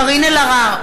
נגד קארין אלהרר,